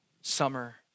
summer